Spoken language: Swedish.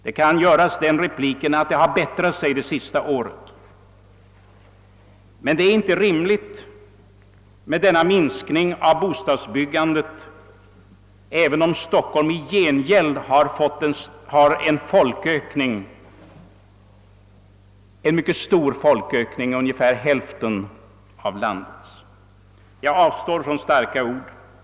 Man kan göra den repliken att en förbättring inträtt det senaste året, men det är inte rimligt med denna minskning av bostadsbyggandet, särskilt som Stockholm har en mycket stor folkökning, ungefär hälften av landets. Jag avstår från starka ord.